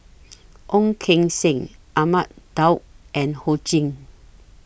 Ong Keng Sen Ahmad Daud and Ho Ching